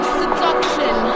seduction